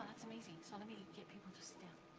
that's amazing. so, let me get people to sit down.